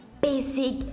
basic